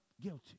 guilty